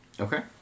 Okay